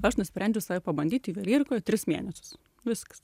aš nusprendžiau pabandyti juvelyrikoje tris mėnesius viskas